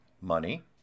money